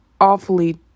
awfully